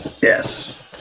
Yes